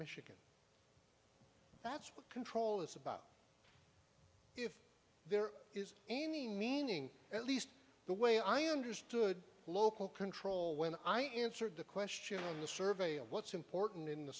michigan that's what control is about if there is any meaning at least the way i understood local control when i answered the question in the survey of what's important